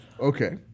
Okay